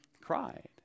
cried